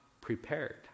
prepared